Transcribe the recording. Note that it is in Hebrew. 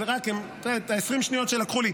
רק את ה-20 שניות שלקחו לי.